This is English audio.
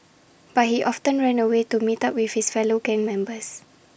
but he often ran away to meet up with his fellow gang members